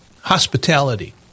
hospitality